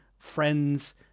friends